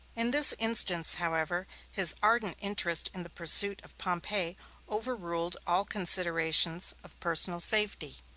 in this instance, however, his ardent interest in the pursuit of pompey overruled all considerations of personal safety.